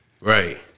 Right